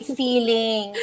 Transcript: feeling